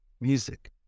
music